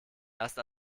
erst